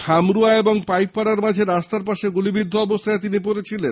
খামরুয়া ও পাইকপাড়ার মাঝে রাস্তার পাশে গুলিবিদ্ধ অবস্থায় তিনি পড়েছিলেন